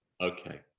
okay